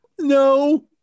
No